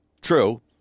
True